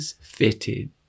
fitted